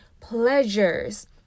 pleasures